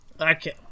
Okay